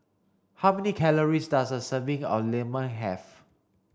how many calories does a serving of Lemang have